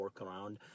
workaround